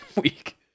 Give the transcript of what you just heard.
week